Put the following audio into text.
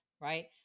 right